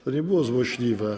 To nie było złośliwe.